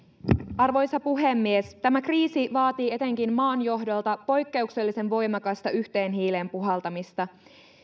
arvoisa puhemies tämä kriisi vaatii etenkin maan johdolta poikkeuksellisen voimakasta yhteen hiileen puhaltamista